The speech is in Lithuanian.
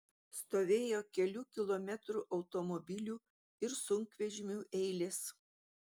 stovėjo kelių kilometrų automobilių ir sunkvežimių eilės